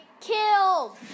killed